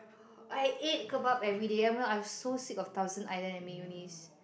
I ate kebab everyday I was so sick of thousand-island and mayonnaise